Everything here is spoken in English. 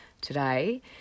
today